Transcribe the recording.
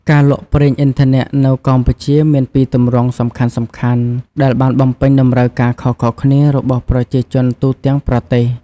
ការលក់ប្រេងឥន្ធនៈនៅកម្ពុជាមានពីរទម្រង់សំខាន់ៗដែលបានបំពេញតម្រូវការខុសៗគ្នារបស់ប្រជាជនទូទាំងប្រទេស។